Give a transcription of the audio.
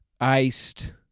iced